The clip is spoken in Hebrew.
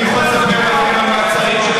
אתה יכול לתת לנו דוגמאות שזה